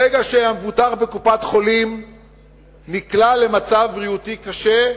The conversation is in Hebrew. ברגע שהמבוטח בקופת-חולים נקלע למצב בריאותי קשה,